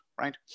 right